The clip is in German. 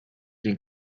den